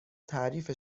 تعریف